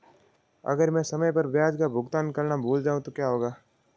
अगर मैं समय पर ब्याज का भुगतान करना भूल जाऊं तो क्या होगा?